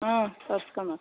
ಹ್ಞೂ ತೋರ್ಸ್ಕೊಳ್ಳೋಣ